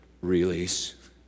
release